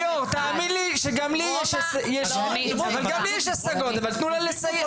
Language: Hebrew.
ליאור, תאמין לי, שגם לי השגות, אבל תנו לה לסיים.